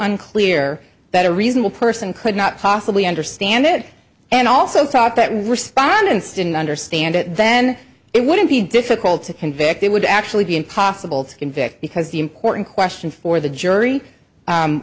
unclear that a reasonable person could not possibly understand it and also thought that respondents didn't understand it then it wouldn't be difficult to convict they would actually be impossible to convict because the important question for the jury